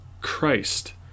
Christ